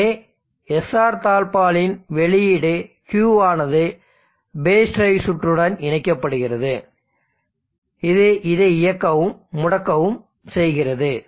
எனவே SR தாழ்ப்பாளின் வெளியீடு Q ஆனது பேஸ் டிரைவ் சுற்றுடன் இணைக்கப்படுகிறது இது இதை இயக்கவும் முடக்கவும் செய்கிறது